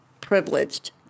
privileged